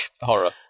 horror